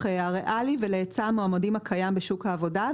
הריאלי ולהיצע מועמדים הקיים בשוק העבודה,